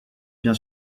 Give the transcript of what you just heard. bien